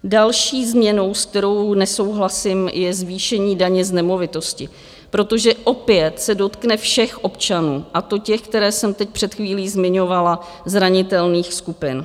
Další změnou, s kterou nesouhlasím, je zvýšení daně z nemovitosti, protože opět se dotkne všech občanů, a to těch, které jsem teď před chvílí zmiňovala, zranitelných skupin.